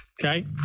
Okay